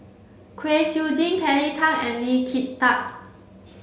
Kwek Siew Jin Kelly Tang and Lee Kin Tat